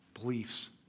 beliefs